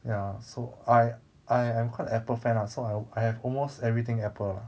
ya so I I am quite apple fan lah so I have almost everything apple 了